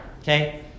Okay